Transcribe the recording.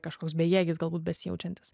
kažkoks bejėgis galbūt besijaučiantis